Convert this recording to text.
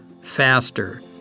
faster